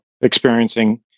experiencing